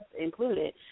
included